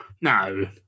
no